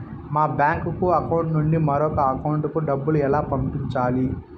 మా bank account నుండి మరొక అకౌంట్ కు డబ్బును ఎలా పంపించాలి